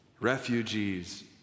refugees